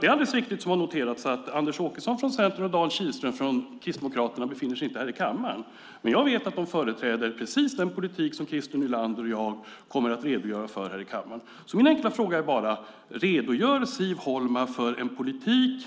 Det är alldeles riktigt som har noterats att Anders Åkesson från Centern och Dan Kihlström från Kristdemokraterna inte befinner sig här i kammaren. Men jag vet att de företräder precis den politik som Christer Nylander och jag kommer att redogöra för här i kammaren. Min enkla fråga är: Redogör Siv Holma för en politik